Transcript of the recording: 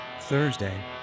Thursday